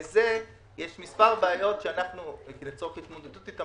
לזה יש מספר בעיות, ולצורך התמודדות איתן